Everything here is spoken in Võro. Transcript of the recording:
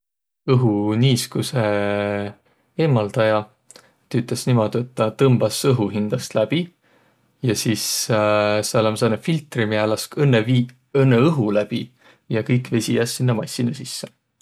Õhuniiskusõ eemaldaja tüütäs niimuudu, et tä tõmbas õhu hindäst läbi ja sis sääl om sääne filtri, miä õnnõ vii õnnõ õhu läbi ja kõik vesi jääs sinnäq massina sisse.